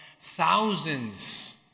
Thousands